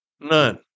None